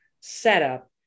setup